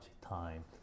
time